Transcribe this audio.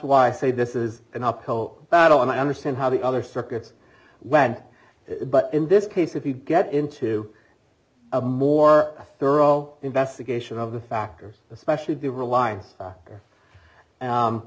why i say this is an uphill battle and i understand how the other circuits went but in this case if you get into a more thorough investigation of the factors especially the reli